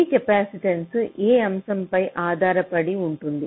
ఈ కెపాసిటెన్స్ ఏ అంశంపై ఆధారపడి ఉంటుంది